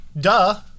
Duh